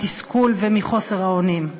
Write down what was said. מתסכול ומחוסר האונים,